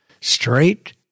straight